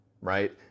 right